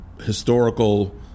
historical